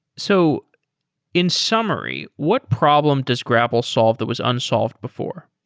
so in summary, what problem does grapl solve the was unsolved before?